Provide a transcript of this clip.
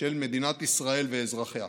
של מדינת ישראל ואזרחיה.